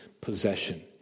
possession